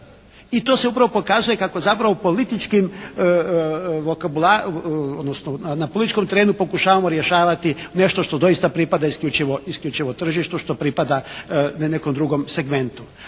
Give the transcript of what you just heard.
političkim vokabularom, odnosno na političkom terenu pokušavamo rješavati nešto što doista pripada isključivo tržištu, što pripada ne nekom drugom segmentu.